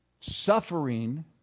Suffering